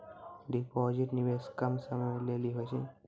Deposit निवेश कम समय के लेली होय छै?